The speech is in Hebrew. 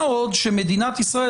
מה עוד שמדינת ישראל,